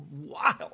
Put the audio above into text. wild